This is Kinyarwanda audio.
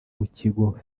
w’ikigo